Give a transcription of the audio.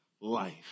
life